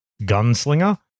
gunslinger